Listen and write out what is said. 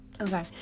Okay